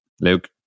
Luke